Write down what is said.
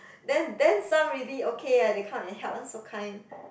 then then some really okay ah they come and help so kind